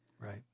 Right